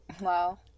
Wow